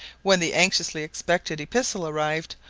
when the anxiously expected epistle arrived,